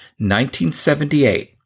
1978